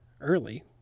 early